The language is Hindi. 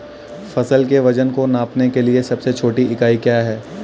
फसल के वजन को नापने के लिए सबसे छोटी इकाई क्या है?